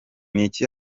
n’iki